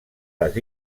les